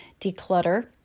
declutter